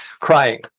crying